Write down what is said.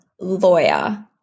Lawyer